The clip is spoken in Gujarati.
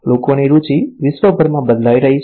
લોકોની રુચિ વિશ્વભરમાં બદલાઈ રહી છે